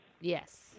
Yes